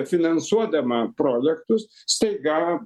finansuodama projektus staiga